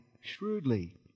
shrewdly